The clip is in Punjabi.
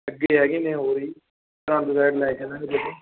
ਅੱਗੇ ਹੈਗੇ ਨੇ ਹੋਰ ਜੀ ਸਰਹਿੰਦ ਸਾਈਡ ਲੈ ਚੱਲਾਂਗੇ ਜੀ ਅੱਗੇ